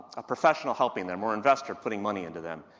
a professional helping them, or investor putting money into them.